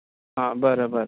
हां बरें बरें